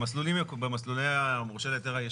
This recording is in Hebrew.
במסלולים הקודמים למורשה להיתר,